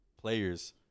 players